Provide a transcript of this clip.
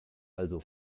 also